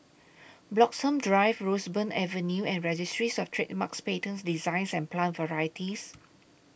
Bloxhome Drive Roseburn Avenue and Registries of Trademarks Patents Designs and Plant Varieties